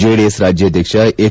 JDS ರಾಜ್ಯಾಧ್ಯಕ್ಷ H